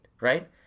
right